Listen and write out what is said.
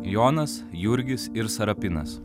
jonas jurgis ir sarapinas